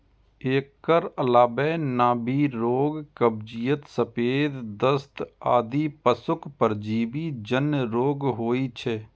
एकर अलावे नाभि रोग, कब्जियत, सफेद दस्त आदि पशुक परजीवी जन्य रोग होइ छै